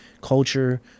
culture